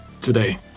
today